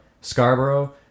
Scarborough